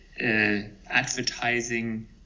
advertising